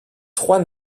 trois